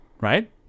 right